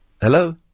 Hello